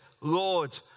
Lord